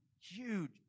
huge